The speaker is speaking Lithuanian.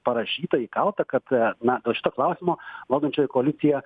parašyta įkalta kad na dėl šito klausimo valdančioji koalicija